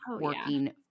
working